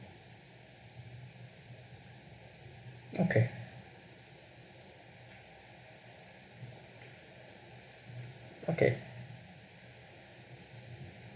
okay okay